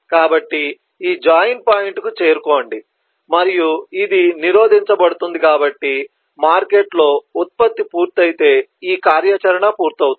కాబట్టి ఈ జాయిన్ పాయింట్కు చేరుకోండి మరియు ఇది నిరోధించబడుతుంది కాబట్టి మార్కెట్ ఉత్పత్తి పూర్తయితే ఈ కార్యాచరణ పూర్తవుతుంది